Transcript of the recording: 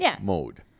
mode